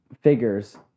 figures